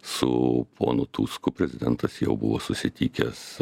su ponu tusku prezidentas jau buvo susitikęs